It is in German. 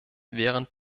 während